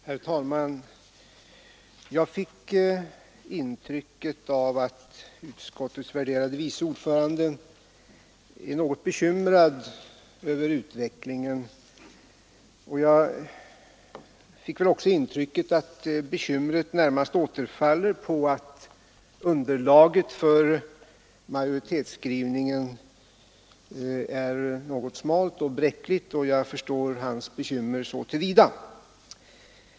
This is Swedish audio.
Herr talman! Jag fick ett intryck av att utskottets värderade ordförande är något bekymrad över utvecklingen och att bekymren närmast återfaller på att underlaget för majoritetens skrivning är litet smalt och bräckligt. Så till vida förstår jag hans bekymmer.